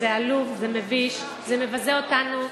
זה עלוב, זה מביש, זה מבזה אותנו,